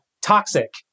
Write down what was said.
toxic